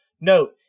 Note